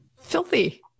filthy